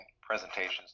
presentations